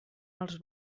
els